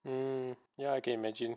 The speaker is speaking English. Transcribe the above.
um ya I can imagine